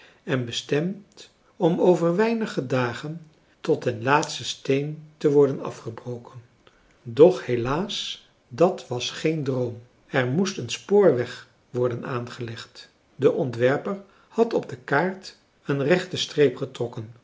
en bestemd om over weinige dagen tot den laatsten steen te worden afgebroken doch helaas dat was geen droom er moest een spoorweg worden aangelegd de ontwerper had op de kaart een rechte streep getrokken